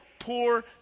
poor